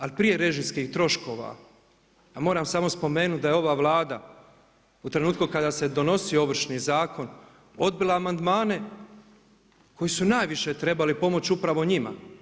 Ali prije režijskih troškova ja moram samo spomenuti da je ova Vlada u trenutku kada se donosio Ovršni zakon odbila amandmane koji su najviše trebali pomoći upravo njima.